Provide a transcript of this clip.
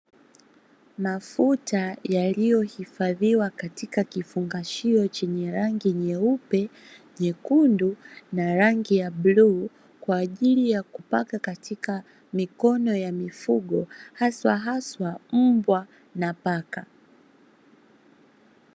Hamna sauti